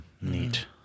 neat